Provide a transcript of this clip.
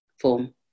form